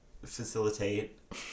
facilitate